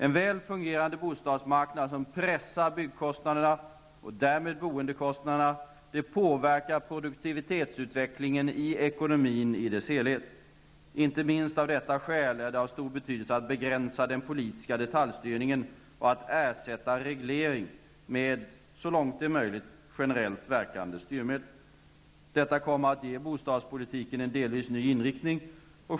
En väl fungerande bostadsmarknad som pressar byggkostnaderna, och därmed boendekostnaderna, påverkar produktivitetsutvecklingen i hela ekonomin. Inte minst av detta skäl är det av stor betydelse att begränsa den politiska detaljstyrningen och att ersätta reglering med, så långt det är möjligt, generellt verkande styrmedel. Detta kommer att ge bostadspolitiken en delvis ny inriktning.